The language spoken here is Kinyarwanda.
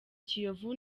kiyovu